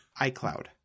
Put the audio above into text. icloud